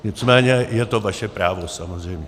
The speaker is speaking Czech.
Nicméně je to vaše právo samozřejmě.